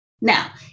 Now